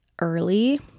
early